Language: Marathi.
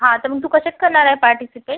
हां तर मग तू कशात करणार आहे पार्टिसिपेट